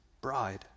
bride